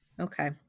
Okay